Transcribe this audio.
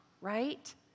right